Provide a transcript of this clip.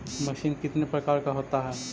Machine कितने प्रकार का होता है?